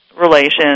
relations